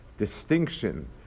distinction